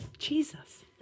jesus